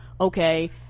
okay